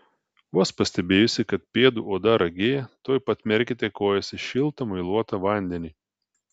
vos pastebėjusi kad pėdų oda ragėja tuoj pat merkite kojas į šiltą muiluotą vandenį